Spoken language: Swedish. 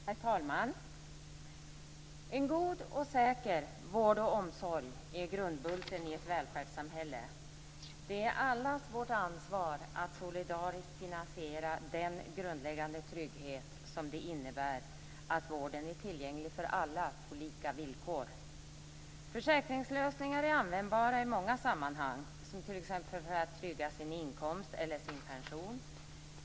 Herr talman! En god och säker vård och omsorg är grundbulten i ett välfärdssamhälle. Det är allas vårt ansvar att solidariskt finansiera den grundläggande trygghet som det innebär att vården är tillgänglig för alla på lika villkor. Försäkringslösningar är användbara i många sammanhang, t.ex. för att trygga sin inkomst eller sin pension.